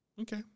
okay